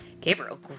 Gabriel